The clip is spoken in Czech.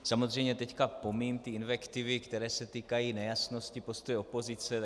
Samozřejmě teď pomíjím invektivy, které se týkají nejasnosti postoje opozice.